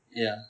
ya